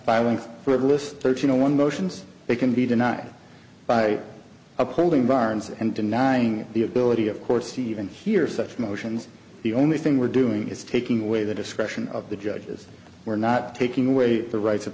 buying frivolous thirteen or one motions they can be denied by upholding barnes and denying the ability of course to even hear such motions the only thing we're doing is taking away the discretion of the judges we're not taking away the rights of